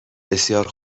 بسیار